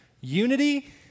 Unity